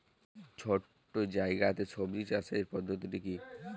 ছোট্ট জায়গাতে সবজি চাষের পদ্ধতিটি কী?